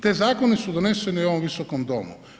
Te zakoni su doneseni u ovoj Visokom domu.